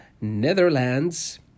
Netherlands